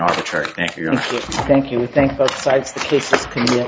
arbitrary thank you thank you